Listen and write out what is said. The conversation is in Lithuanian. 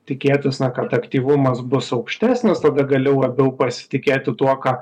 tikėtis na kad aktyvumas bus aukštesnis tada galiu labiau pasitikėti tuo ką